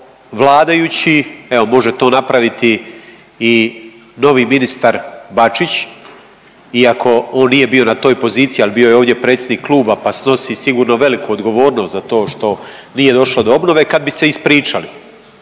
ako vladajući, evo može to napraviti i novi ministar Bačić iako on nije bio na toj poziciji, ali bio je ovdje predsjednik kluba pa snosi sigurno veliku odgovornost za to što nije došlo do obnove, kad bi se ispričali.